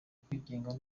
kwigenga